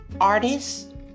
artist